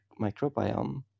microbiome